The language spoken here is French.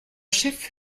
chef